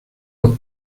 los